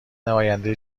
آینده